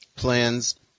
Plans